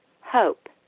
hope